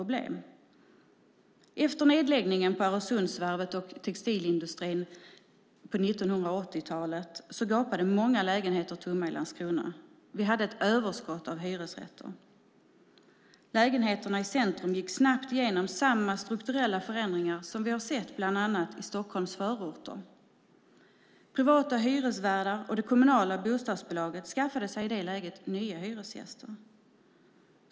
Efter nedläggningen av Öresundsvarvet och krisen i textilindustrin på 1980-talet gapade många lägenheter tomma i Landskrona. Vi hade ett överskott av hyresrätter. Lägenheterna i centrum gick snabbt igenom samma strukturella förändring som vi har sett i bland annat Stockholms förorter. Privata hyresvärdar och det kommunala bostadsbolaget skaffade sig i det läget nya hyresgäster.